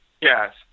Yes